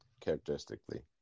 characteristically